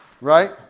right